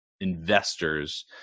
investors